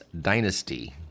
dynasty